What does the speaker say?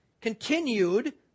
continued